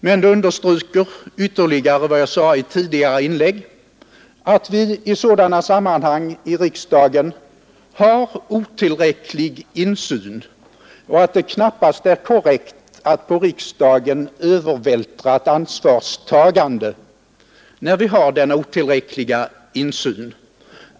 men det understryker ytterligare vad jag sade i ett tidigare inlägg, nämligen att vi i riksdagen i sådana sammanhang har otillräcklig insyn och att det knappast är korrekt att på riksdagen övervältra ett ansvarstagande när vi har denna otillräckliga insyn.